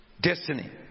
Destiny